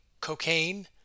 cocaine